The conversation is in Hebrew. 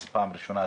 זו פעם ראשונה,